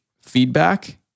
feedback